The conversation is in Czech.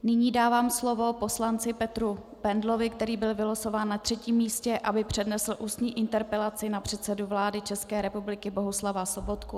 Nyní dávám slovo poslanci Petru Bendlovi, který byl vylosován na třetím místě, aby přednesl ústní interpelaci na předsedu vlády České republiky Bohuslava Sobotku.